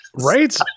Right